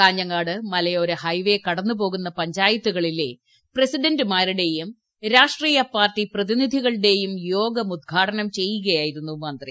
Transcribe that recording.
കാഞ്ഞങ്ങാട് മലയോര ഹൈവേ കടന്നുപോകുന്ന പ്രസിഡന്റുമാരുടെയും രാഷ്ട്രീയ പാർട്ടി പ്രതിനിധികളുടെയും യോഗം ഉദ്ഘാടനം ചെയ്യുകയായിരുന്നു മന്ത്രി